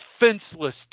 defenseless